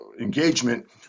engagement